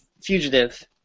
fugitive